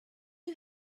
you